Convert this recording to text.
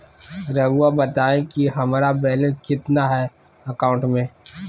रहुआ बताएं कि हमारा बैलेंस कितना है अकाउंट में?